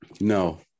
No